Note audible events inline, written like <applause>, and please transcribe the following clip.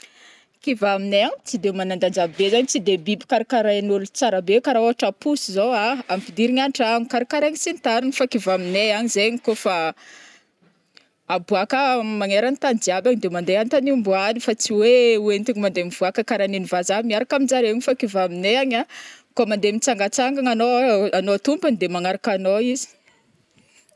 kivà aminay agny tsy de manandanja be zegny tsy de biby karakaraign'ôlo tsara be kara oatra posy zao a ampidirigny antrano karakaraigny sy ny tarigny fa kivà aminay any zegny kaofa <hesitation> aboaka magnerantany jiaby agny de mandeha an-tany omboagny fa tsy oe oentiny mandeha mivoaka karaha neny vazaha miaraka aminjareo fa kivà aminay agny a ko mandeha mitsangatsangana anao-anao tompony de magnarak'anao izy.